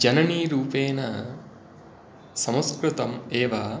जननीरूपेण संस्कृतम् एव